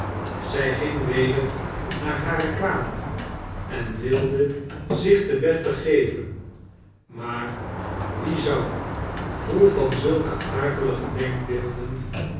zij ging weder naar hare kamer en wilde zich te bed begeven maar wie zou vol van zulke akelige denkbeelden